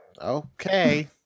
okay